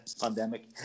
Pandemic